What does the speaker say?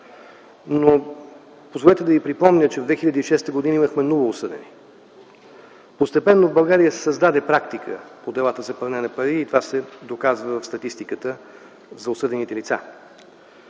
Позволете да ви припомня, че през 2006 г. имахме много осъдени. Постепенно в България се създаде практика по делата за пране на пари и това се доказва в статистиката за осъдените лица.